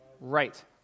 Right